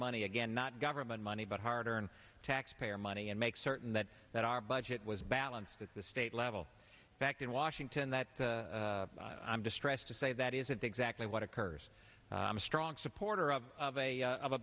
money again not government money but harder and taxpayer money and make certain that that our budget was balanced at the state level back in washington that i'm distressed to say that isn't exactly what occurs i'm a strong supporter of a of a